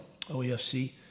OEFC